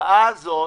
התופעה הזאת,